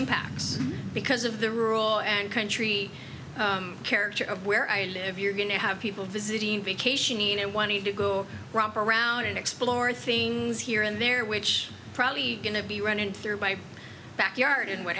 impacts because of the rural and country character of where i live you're going to have people visiting vacationing and want to romp around and explore things here and there which probably going to be running through my backyard and what